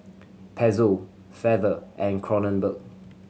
Pezzo Feather and Kronenbourg